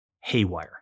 haywire